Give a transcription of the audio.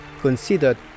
considered